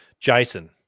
Jason